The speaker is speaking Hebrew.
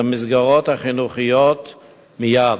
למסגרות החינוכיות מייד.